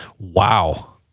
Wow